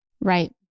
Right